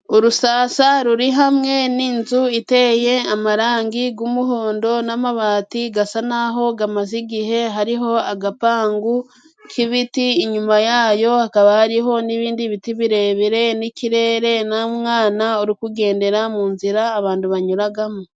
Urusasa ruri hamwe n'inzu iteye amarangi g'umuhondo n'amabati gasa naho gamaze igihe. Hariho agapangu k'ibiti, inyuma yayo hakaba hariho n'ibindi biti birebire, n'ikirere n'umwana uri kugendera mu nzira abandu banyuragamo.